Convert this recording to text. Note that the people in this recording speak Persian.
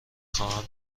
خواهم